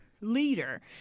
leader